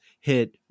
hit